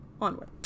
Onward